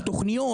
מהתוכניות.